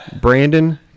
Brandon